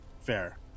fair